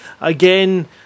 Again